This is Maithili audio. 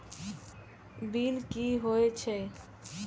बील की हौए छै?